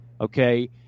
Okay